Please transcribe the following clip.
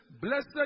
blessed